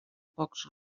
pocs